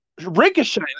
Ricochet